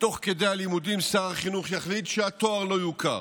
ותוך כדי הלימודים שר החינוך יחליט שהתואר לא יוכר,